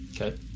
Okay